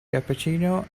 cappuccino